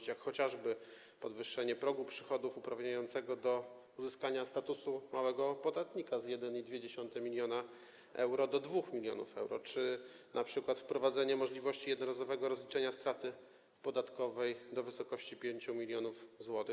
Chodzi tu chociażby o podwyższenie progu przychodów uprawniającego do uzyskania statusu małego podatnika z 1,2 mln euro do 2 mln euro czy np. o wprowadzenie możliwości jednorazowego rozliczenia straty podatkowej do wysokości 5 mln zł.